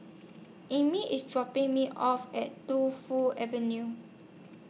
Emmit IS dropping Me off At Tu Fu Avenue